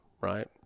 right